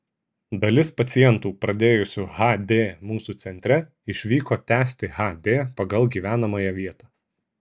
dalis pacientų pradėjusių hd mūsų centre išvyko tęsti hd pagal gyvenamąją vietą